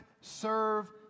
serve